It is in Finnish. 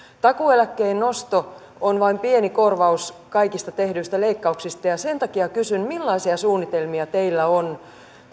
takuueläkkeen nosto on vain pieni korvaus kaikista tehdyistä leikkauksista ja sen takia kysyn millaisia suunnitelmia teillä on